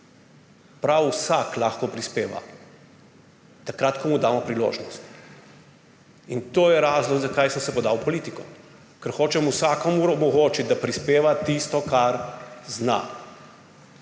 Prav vsak lahko prispeva takrat, ko mu damo priložnost. In to je razlog, zakaj sem se podal v politiko. Ker hočem vsakomur omogočiti, da prispeva tisto, kar zna.